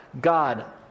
God